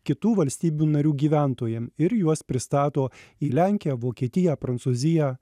kitų valstybių narių gyventojam ir juos pristato į lenkiją vokietiją prancūziją